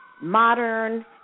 Modern